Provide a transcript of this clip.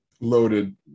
Loaded